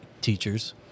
teachers